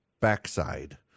backside